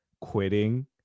quitting